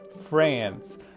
france